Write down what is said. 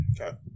Okay